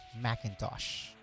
Macintosh